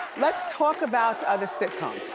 let's talk about ah the sitcom.